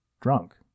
drunk